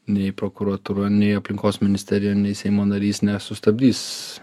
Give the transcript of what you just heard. nei prokuratūra nei aplinkos ministerija nei seimo narys nesustabdys